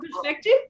perspective